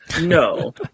no